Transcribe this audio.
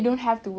ya